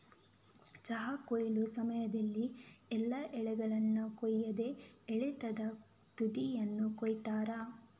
ಚಹಾ ಕೊಯ್ಲು ಸಮಯದಲ್ಲಿ ಎಲ್ಲಾ ಎಲೆಗಳನ್ನ ಕೊಯ್ಯದೆ ಎಳತಾದ ತುದಿಯನ್ನ ಕೊಯಿತಾರೆ